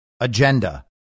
agenda